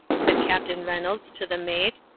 said captain reynolds to the mate,